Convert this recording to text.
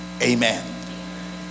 amen